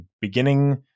beginning